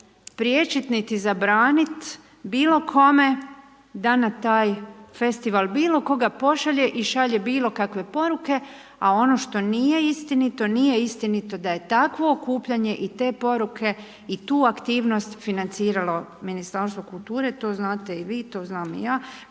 priječiti niti zabraniti bilo kome da na taj festival bilo koga pošalje i šalje bilokakve poruke a ono što nije istinito, nije istinito da je takvo okupljanje i te poruke i tu aktivnosti financiralo Ministarstvo kulture, to znate i vi, to znam i ja,